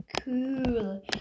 cool